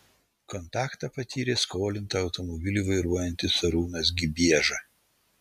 kontaktą patyrė skolinta automobilį vairuojantis arūnas gibieža